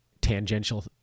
tangential